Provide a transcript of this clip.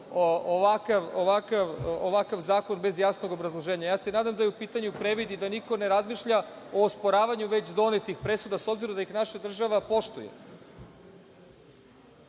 ovakav zakon bez jasnog obrazloženja. Nadam se da je u pitanju previd i da niko ne razmišlja o osporavanju već donetih presuda, s obzirom da ih naša država poštuje.